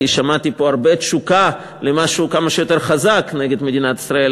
כי שמעתי פה הרבה תשוקה למשהו כמה שיותר חזק נגד מדינת ישראל,